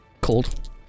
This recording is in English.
Cold